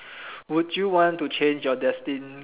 would you want to change your destined